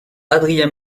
adrien